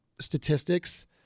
statistics